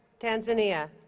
tanzania